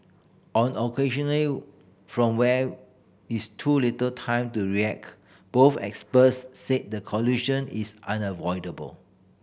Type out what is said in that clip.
on occasional from where is too little time to react both experts said the collision is unavoidable